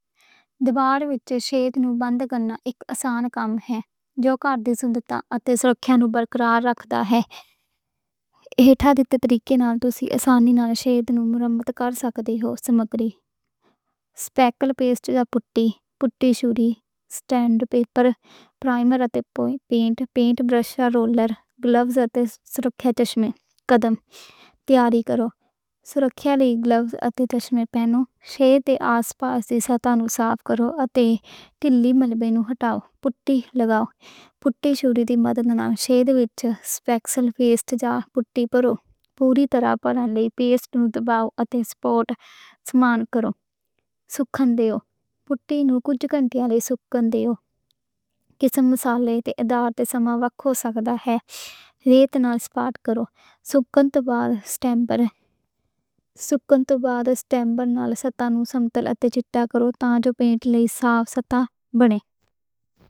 دیوار وچ شگاف نوں بند کرنا اک آسان کم ہے۔ جو کہ ستھرتا اتے سُرکھیا نوں برقرار رکھدا ہے۔ اِتّھے ترتیباں نال اسی آسانی نال شگاف نوں مرمت کر سکدے ہو۔ سمگری سپیکَل پیسٹ یا پُٹی، سینڈ پیپر، پرائمر اتے پینٹ، پینٹ برش یا رولر۔ گلوز اتے سیفٹی گلاسز پہنو، شگاف یا آس پاس دی سطح نوں صاف کرو۔ اتے گیلا ملبہ ہٹاؤ، پُٹی لگاؤ۔ پوری طرح نال پیسٹ نوں دباؤ اتے سطح سمان کرو، سکھن دیو۔ پُٹی نوں کچھ کنٹیاں لئی سکھن دیو، اِدّاں تے سماں لگ سکدا ہے۔ سکھن توں بعد سینڈ پیپر سکھن توں بعد سینڈ پیپر نال سطح نوں سمنتل اتے چمکدار کرو تاں جو پینٹ لئی صاف سطح بنے۔